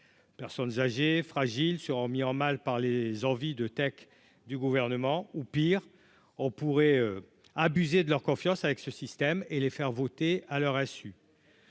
personnes âgées, fragiles, seront mis en mal par les envies de Take du gouvernement ou, pire, on pourrait abusé de leur confiance, avec ce système et les faire voter à leur insu.